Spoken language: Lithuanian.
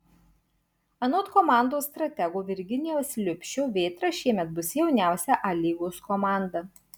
anot komandos stratego virginijaus liubšio vėtra šiemet bus jauniausia a lygos komanda